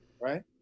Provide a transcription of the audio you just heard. right